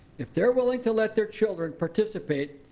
if they're willing to let their children participate,